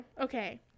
Okay